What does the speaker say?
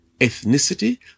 ethnicity